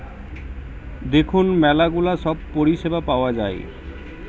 দেখুন ম্যালা গুলা সব পরিষেবা পাওয়া যায়